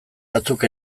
batzuk